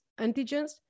antigens